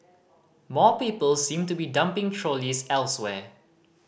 more people seem to be dumping trolleys elsewhere